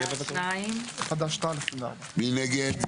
מי נגד?